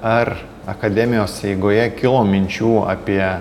ar akademijos eigoje kilo minčių apie